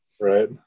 Right